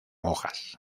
hojas